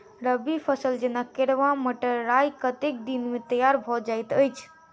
रबी फसल जेना केराव, मटर, राय कतेक दिन मे तैयार भँ जाइत अछि?